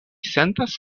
sentas